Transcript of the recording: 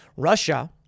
Russia